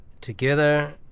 together